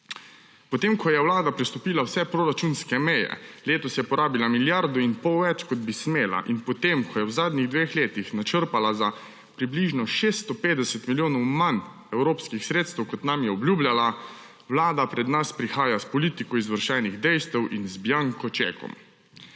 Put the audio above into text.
Potem ko je Vlada prestopila vse proračunske meje, letos je porabila milijardo in pol več, kot bi smela, in potem ko je v zadnjih dveh letih načrpala za približno 650 milijonov manj evropskih sredstev, kot nam je obljubljala, Vlada pred nas prihaja s politiko izvršenih dejstev in z bianco čekom.